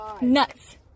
Nuts